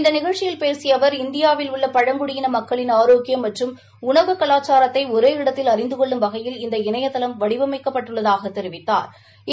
இந்த நிகழ்ச்சியில் பேசிய அவர் இந்தியாவில் உள்ள பழங்குடியின மக்களின் ஆரோக்கியம் மற்றும் உணவு கலாச்சாத்தை ஒரே இடத்தில் அறிந்து கொள்ளும் வகையில் இந்த இணையதளம் வடிவமைக்கப்பட்டுள்ளதாக தெரிவித்தாா்